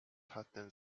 hatten